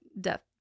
death